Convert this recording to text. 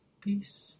peace